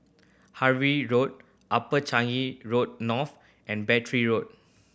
Harvey Road Upper Changi Road North and Battery Road